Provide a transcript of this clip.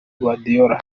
guardiola